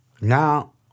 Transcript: now